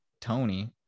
tony